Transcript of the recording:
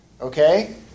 okay